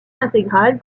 intégrale